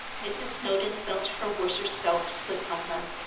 mrs. snowdon felt her worser self slip from her,